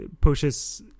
pushes